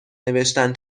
نوشتن